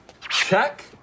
Check